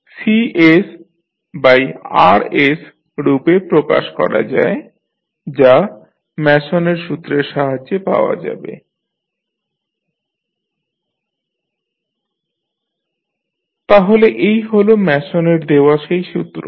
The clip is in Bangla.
GCRkTkk যেখানে বোঝায় যোগফল k ফরওয়ার্ড পাথের সংখ্যা Tk k তম ফরওয়ার্ড পাথ গেইন 1 লুপ গেইনএকসাথে নেওয়া দুটি নন টাচিং লুপ গেইন একসাথে নেওয়া তিনটি নন টাচিং লুপ গেইন একসাথে নেওয়া চারটি নন টাচিং লুপ গেইন kহল সিগন্যাল ফ্লো গ্রাফের সেই অংশ যা kতম ফরওয়ার্ড পাথের সাথে ননটাচিং তাহলে এই হলো ম্যাসনের দেওয়া সেই সূত্র